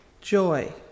joy